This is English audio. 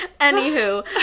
Anywho